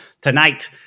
tonight